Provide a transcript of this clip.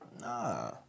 Nah